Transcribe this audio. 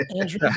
Andrew